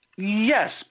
Yes